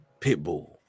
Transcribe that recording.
Pitbull